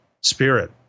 spirit